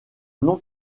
non